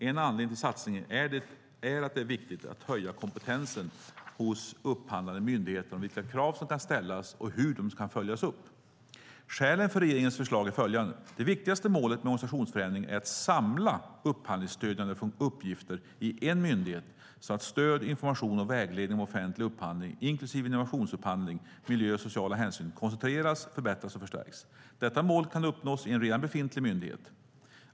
En anledning till satsningen är att det är viktigt att höja kompetensen hos de upphandlande myndigheterna om vilka krav som kan ställas och hur de kan följas upp. Skälen för regeringens förslag är följande. Det viktigaste målet med organisationsförändringen är att samla upphandlingsstödjande uppgifter i en enda myndighet, så att stöd, information och vägledning om offentlig upphandling inklusive innovationsupphandling samt miljöhänsyn och sociala hänsyn koncentreras, förbättras och förstärks. Detta mål kan uppnås i en redan befintlig myndighet.